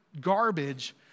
garbage